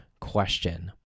question